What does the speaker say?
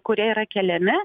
kurie yra keliami